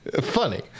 Funny